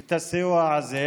את הסיוע הזה,